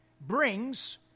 brings